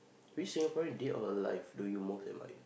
which Singaporean dead or alive do you most admire